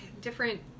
different